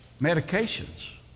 Medications